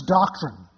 doctrine